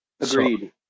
Agreed